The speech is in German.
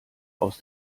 aus